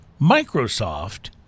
Microsoft